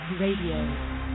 Radio